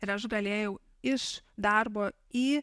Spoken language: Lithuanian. ir aš galėjau iš darbo į